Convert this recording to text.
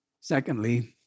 Secondly